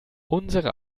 unsere